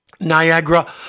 Niagara